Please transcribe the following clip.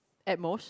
at most